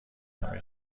همه